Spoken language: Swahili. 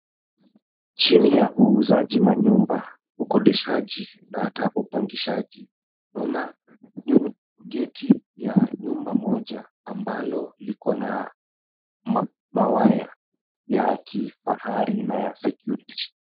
Chini ya uuzaji manyumba, ukodeshaji na hata upangishaji tunaona gate ya nyumba moja ambalo likona mawaya ya kifahari na ya security .